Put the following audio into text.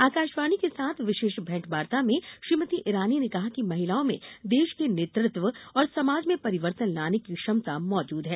आकाशवाणी के साथ विशेष भेंटवार्ता में श्रीमती इरानी ने कहा कि महिलाओं में देश के नेतृत्व और समाज में परिवर्तन लाने की क्षमता मौजूद है